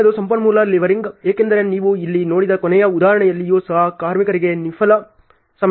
ಮುಂದಿನದು ಸಂಪನ್ಮೂಲ ಲೆವೆಲಿಂಗ್ ಏಕೆಂದರೆ ನೀವು ಇಲ್ಲಿ ನೋಡಿದ ಕೊನೆಯ ಉದಾಹರಣೆಯಲ್ಲಿಯೂ ಸಹ ಕಾರ್ಮಿಕರಿಗೆ ನಿಷ್ಫಲ ಸಮಯವಿದೆ